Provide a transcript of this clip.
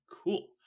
cool